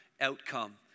outcome